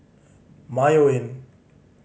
Mayo Inn